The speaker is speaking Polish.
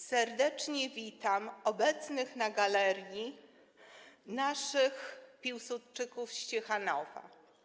Serdecznie witam obecnych na galerii naszych piłsudczyków z Ciechanowa.